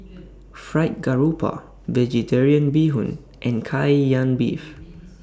Fried Garoupa Vegetarian Bee Hoon and Kai Lan Beef